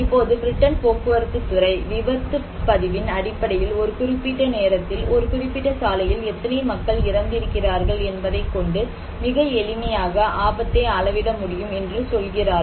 இப்போது பிரிட்டன் போக்குவரத்துத் துறை விபத்து பதிவின் அடிப்படையில் ஒரு குறிப்பிட்ட நேரத்தில் ஒரு குறிப்பிட்ட சாலையில் எத்தனை மக்கள் இறந்திருக்கிறார்கள் என்பதைக் கொண்டு மிக எளிமையாக ஆபத்தை அளவிட முடியும் என்று சொல்கிறார்கள்